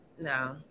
No